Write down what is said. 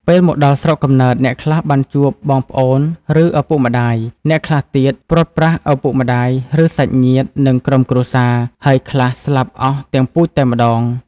ពេលមកដល់ស្រុកកំណើត អ្នកខ្លះបានជួបបងប្អូនឬឪពុកម្តាយ អ្នកខ្លះទៀតព្រាត់ប្រាសឪពុកម្តាយឬសាច់ញាតិនិងក្រុមគ្រួសារ ហើយខ្លះស្លាប់អស់ទាំងពូជតែម្តង។